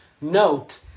note